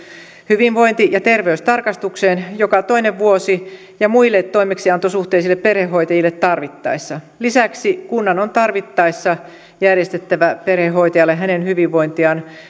hyvinvointi ja terveystarkastukseen joka toinen vuosi ja muille toimeksiantosuhteisille perhehoitajille tarvittaessa lisäksi kunnan on tarvittaessa järjestettävä perhehoitajalle hänen hyvinvointiaan